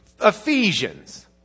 Ephesians